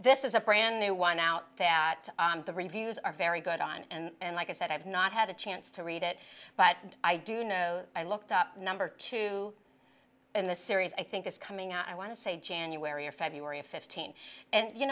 this is a brand new one out that the reviews are very good on and like i said i've not had a chance to read it but i do know i looked up number two in the series i think it's coming out i want to say january or february fifteenth and you